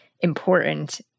important